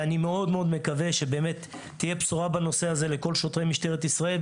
אני מאוד מאוד מקווה שבאמת תהיה בשורה בנושא הזה לכל שוטרי משטרת ישראל,